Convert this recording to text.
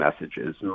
messages